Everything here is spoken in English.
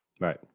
Right